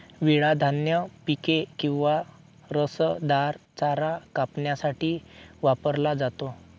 विळा धान्य पिके किंवा रसदार चारा कापण्यासाठी वापरला जातो